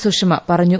സുഷമ പറഞ്ഞു